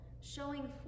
showing